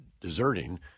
deserting